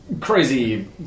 crazy